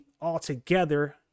altogether